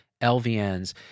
LVNs